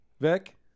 Vic